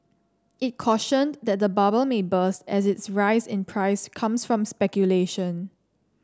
it cautioned that the bubble may burst as its rise in price comes from speculation